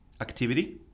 activity